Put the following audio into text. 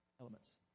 elements